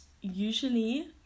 usually